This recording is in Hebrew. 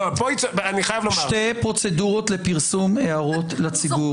שתי פרוצדורות לפרסום הערות לציבור,